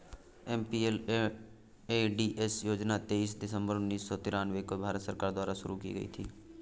MPLADS योजना तेईस दिसंबर उन्नीस सौ तिरानवे को भारत सरकार द्वारा शुरू की गयी थी